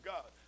God